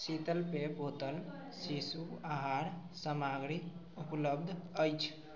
शीतल पेय बोतल शिशु आहार सामग्री उपलब्ध अछि